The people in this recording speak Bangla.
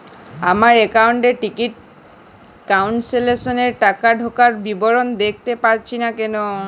আমার একাউন্ট এ টিকিট ক্যান্সেলেশন এর টাকা ঢোকার বিবরণ দেখতে পাচ্ছি না কেন?